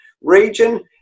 region